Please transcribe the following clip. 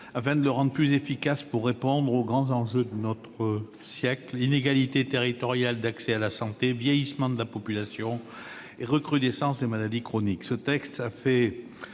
afin de le rendre plus efficace pour répondre aux grands enjeux de notre siècle : inégalités territoriales d'accès à la santé, vieillissement de la population et recrudescence des maladies chroniques. Ce texte a fait